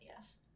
yes